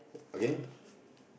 again